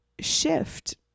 shift